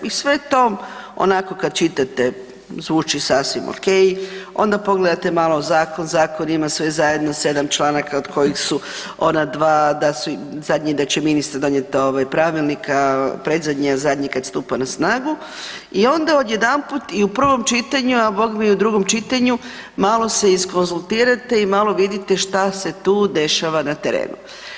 I sve to onako, kad čitate, zvuči sasvim okej, onda pogledate malo zakon, zakon ima sve zajedno 7 članaka od kojih su ona 2 da su, zadnji da će ministar donijeti ovaj, pravilnik, a predzadnji, a zadnji kad stupa na snagu i onda odjedanput i u prvom čitanju, a bogme i u drugom čitanju, malo se iskonzultirate i malo vidite što se tu dešava na terenu.